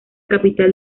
capital